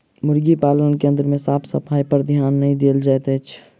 मुर्गी पालन केन्द्र मे साफ सफाइपर ध्यान नै देल जाइत छै